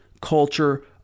culture